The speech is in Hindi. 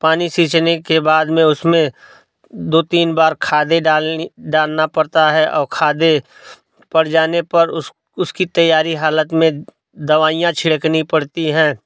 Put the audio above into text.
पानी सींचने के बाद उसमें दो तीन बार खादें डालनी डालना पड़ता है और खादे पड़ जाने पड़ उसकी तैयारी हालत में दवाइयाँ छिड़कनी पड़ती है